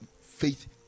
faith